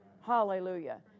Hallelujah